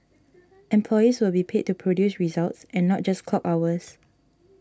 employees will be paid to produce results and not just clock hours